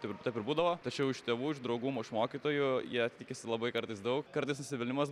taip ir taip ir būdavo tačiau iš tėvų iš draugų m iš mokytojų jie tikisi labai kartais daug kartais nusivylimas